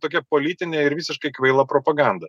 tokia politinė ir visiškai kvaila propaganda